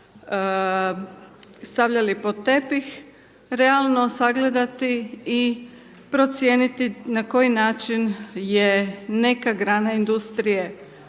stavljali pod tepih, realno sagledati i procijeniti na koji način je neka grana industrije